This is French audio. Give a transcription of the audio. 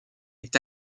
est